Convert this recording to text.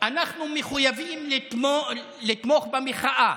אנחנו מחויבים לתמוך במחאה,